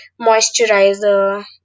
moisturizer